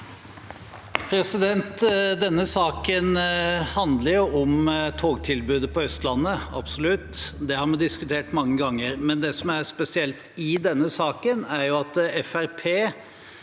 Denne saken handler om togtilbudet på Østlandet, absolutt. Det har vi diskutert mange ganger. Det som er spesielt i denne saken, er at